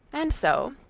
and so,